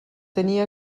tenir